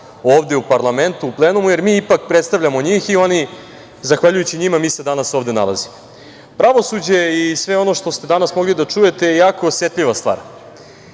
ovde u parlamentu u plenumu, jer mi ipak predstavljamo njih i oni, zahvaljujući njima mi se danas ovde nalazimo. Pravosuđe i sve ono što ste danas mogli da čujete je jako osetljiva stvar.